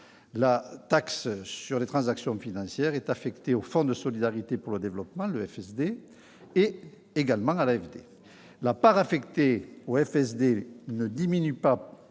La taxe sur les transactions financières, ou TTF, est affectée au Fonds de solidarité pour le développement, le FSD, et à l'AFD. La part affectée au FSD ne diminue pas